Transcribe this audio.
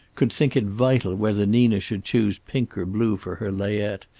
could think it vital whether nina should choose pink or blue for her layette,